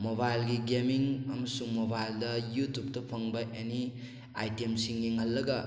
ꯃꯣꯕꯥꯏꯜꯒꯤ ꯒꯦꯃꯤꯡ ꯑꯃꯁꯨꯡ ꯃꯣꯕꯥꯏꯜꯗ ꯌꯨꯇꯨꯞꯇ ꯐꯪꯕ ꯑꯦꯅꯤ ꯑꯥꯏꯇꯦꯝꯁꯤꯡ ꯌꯦꯡꯍꯜꯂꯒ